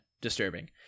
disturbing